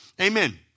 Amen